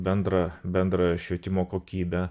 bendrą bendrojo švietimo kokybę